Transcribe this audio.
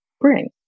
bring